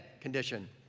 condition